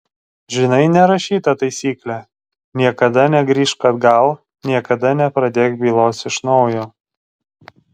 žinai nerašytą taisyklę niekada negrįžk atgal niekada nepradėk bylos iš naujo